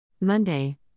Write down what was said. Monday